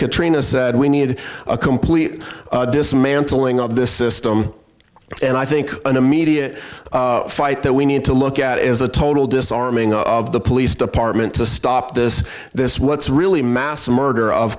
katrina we need a complete dismantling of this system and i think in a media fight that we need to look at is a total disarming of the police department to stop this this what's really mass murder of